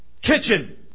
Kitchen